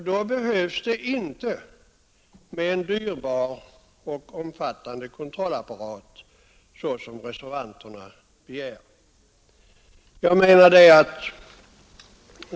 Då behövs det inte en dyrbar och omfattande kontrollapparat, som reservanterna begär.